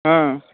हँ